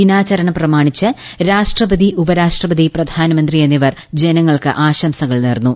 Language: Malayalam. ദിനാചരണം പ്രമാണിച്ച് രാഷ്ട്രപതി ഉപരാഷ്ട്രപതി പ്രധാനമന്ത്രി എന്നിവർ ജനങ്ങൾക്ക് ആശംസകൾ നേർന്നു